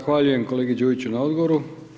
Zahvaljujem kolegi Đujiću na odgovoru.